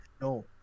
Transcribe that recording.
No